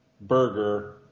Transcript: burger